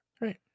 Right